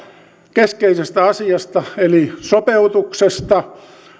keskeisestä asiasta eli sopeutuksesta